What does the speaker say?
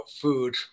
food